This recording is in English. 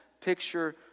picture